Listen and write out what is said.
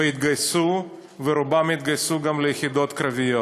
והתגייסו, ורובם התגייסו גם ליחידות קרביות?